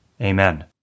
Amen